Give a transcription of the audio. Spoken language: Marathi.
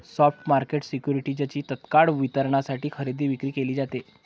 स्पॉट मार्केट सिक्युरिटीजची तत्काळ वितरणासाठी खरेदी विक्री केली जाते